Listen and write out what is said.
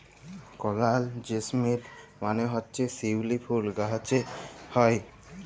করাল জেসমিল মালে হছে শিউলি ফুল গাহাছে হ্যয়